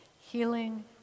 healing